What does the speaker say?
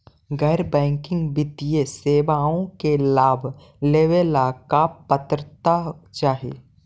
गैर बैंकिंग वित्तीय सेवाओं के लाभ लेवेला का पात्रता चाही?